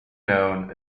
known